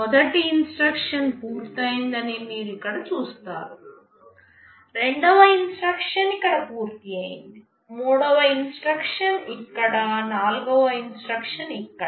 మొదటి ఇన్స్ట్రక్షన్ పూర్తయిందని మీరు ఇక్కడ చూస్తారు రెండవ ఇన్స్ట్రక్షన్ ఇక్కడ పూర్తయింది మూడవ ఇన్స్ట్రక్షన్ ఇక్కడ నాల్గవ ఇన్స్ట్రక్షన్ ఇక్కడ